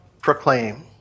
proclaim